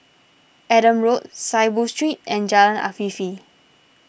Adam Road Saiboo Street and Jalan Afifi